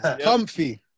comfy